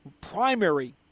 primary